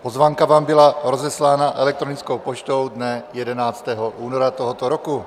Pozvánka vám byla rozeslána elektronickou poštou dne 11. února tohoto roku.